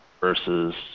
versus